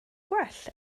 gwell